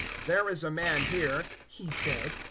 there is a man here, he said,